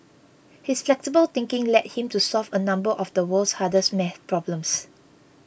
his flexible thinking led him to solve a number of the world's hardest maths problems